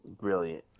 brilliant